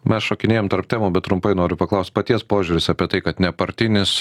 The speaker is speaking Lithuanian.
mes šokinėjam tarp temų bet trumpai noriu paklaust paties požiūris apie tai kad nepartinis